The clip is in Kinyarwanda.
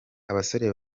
abasore